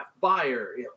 buyer